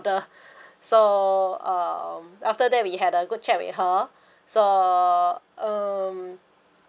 order so um after that we had a good chat with her so um